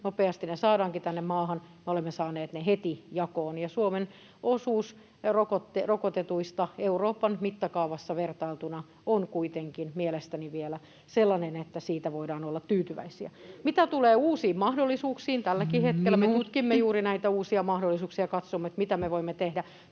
nopeasti ne saadaankin tänne maahan, me olemme saaneet ne heti jakoon. Suomen osuus rokotetuista Euroopan mittakaavassa vertailtuna on kuitenkin mielestäni vielä sellainen, että siitä voidaan olla tyytyväisiä. Mitä tulee uusiin mahdollisuuksiin, tälläkin hetkellä [Puhemies: Minuutti!] me tutkimme juuri näitä uusia mahdollisuuksia ja katsomme, mitä me voimme tehdä.